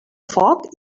foc